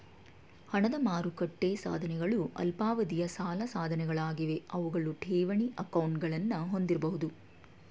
ಹಣದ ಮಾರುಕಟ್ಟೆ ಸಾಧನಗಳು ಅಲ್ಪಾವಧಿಯ ಸಾಲ ಸಾಧನಗಳಾಗಿವೆ ಅವುಗಳು ಠೇವಣಿ ಅಕೌಂಟ್ಗಳನ್ನ ಹೊಂದಿರಬಹುದು